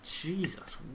Jesus